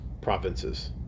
provinces